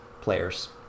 players